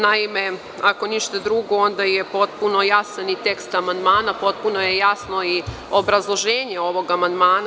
Naime, ako ništa drugo, onda je potpuno jasan i tekst amandmana, potpuno je jasno i obrazloženje ovog amandmana.